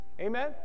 Amen